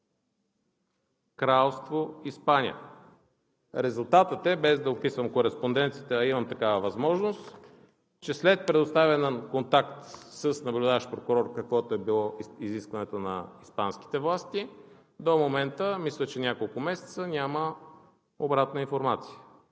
Кралство Испания. Резултатът е, без да описвам кореспонденцията, а имам такава възможност, че след предоставяне на контакт с наблюдаващ прокурор, каквото е било изискването на испанските власти, до момента мисля, че няколко месеца няма обратна информация,